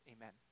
Amen